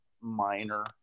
minor